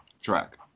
track